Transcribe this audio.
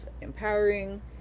empowering